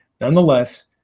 Nonetheless